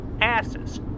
asses